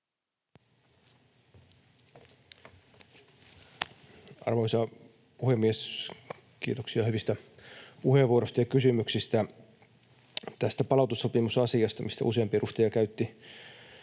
Arvoisa puhemies! Kiitoksia hyvistä puheenvuoroista ja kysymyksistä. Tämä palautussopimusasia, mistä useampi edustaja käytti